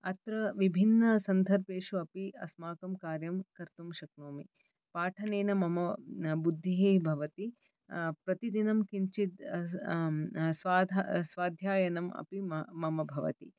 अत्र विभिन्नसन्दर्भेषु अपि अस्माकं कार्यं कर्तुं शक्नोमि पाठनेन मम बुद्धिः भवति प्रतिदिनं किञ्चित् स्वाधा स्वाध्ययनम् अपि मम भवति